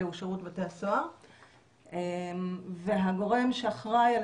הוא שירות בתי הסוהר והגורם שאחראי על